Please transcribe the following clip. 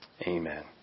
Amen